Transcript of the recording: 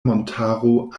montaro